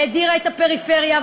הדירה את הפריפריה,